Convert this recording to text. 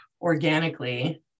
organically